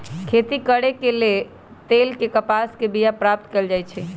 खरि के तेल कपास के बिया से प्राप्त कएल जाइ छइ